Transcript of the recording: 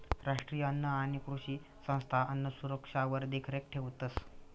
राष्ट्रीय अन्न आणि कृषी संस्था अन्नसुरक्षावर देखरेख ठेवतंस